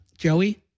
Joey